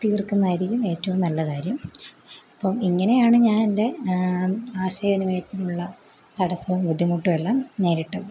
തീർക്കുന്നതായിരിക്കും ഏറ്റവും നല്ല കാര്യം അപ്പം ഇങ്ങനെയാണ് ഞാൻ എൻ്റെ ആശയവിനിമയത്തിനുള്ള തടസ്സം ബുദ്ധിമുട്ടും എല്ലാം നേരിട്ടത്